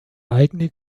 eigene